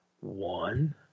one